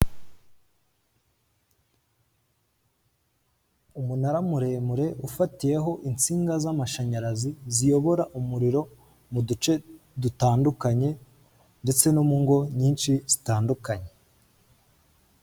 Umunara muremure ufatiyeho insinga z'amashanyarazi ziyobora umuriro mu duce dutandukanye ndetse no mu ngo nyinshi zitandukanye.